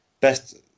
best